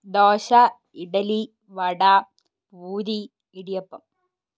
dosa idli vada puri idiyappam